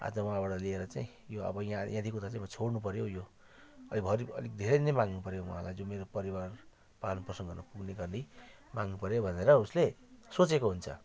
आज उहाँबाट लिएर चाहिँ यो अब यहाँ यहाँदेखिको उता म छोड्नुपर्यो हो यो अलिक भरी अलिक धेरै नै माग्नुपर्यो उहाँलाई जो मेरो परिवार पाल्नुपर्छ भनेर पुग्ने गरी माग्नुपर्यो भनेर उसले सोचेको हुन्छ